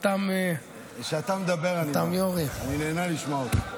כשאתה מדבר אני נהנה לשמוע אותך.